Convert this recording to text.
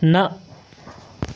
نہَ